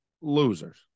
losers